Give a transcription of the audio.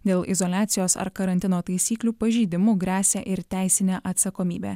dėl izoliacijos ar karantino taisyklių pažeidimų gresia ir teisinė atsakomybė